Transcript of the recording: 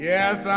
Yes